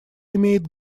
имеет